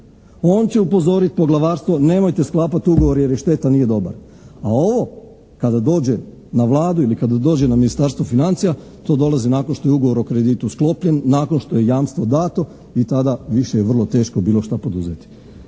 On će upozoriti poglavarstvo, nemojte sklapati ugovor jer je štetan, nije dobar. A ovo, kada dođe na Vladu ili kada dođe na Ministarstvo financija, to dolazi nakon što je ugovor o kreditu sklopljen, nakon što je jamstvo dato i tada više je vrlo teško bilo što poduzeti.